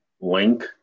link